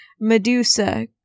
medusa